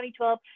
2012